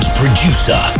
producer